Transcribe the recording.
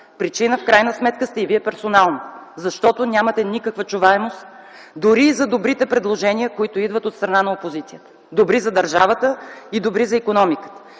Причина в крайна сметка сте и Вие персонално, защото нямате никаква чуваемост, дори и за добрите предложения, които идват от страна на опозицията – добри за държавата и добри за икономиката.